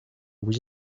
with